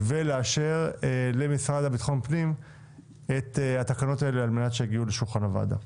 ולאשר למשרד לביטחון פנים את התקנות האלה על מנת שיגיעו לשולחן הוועדה.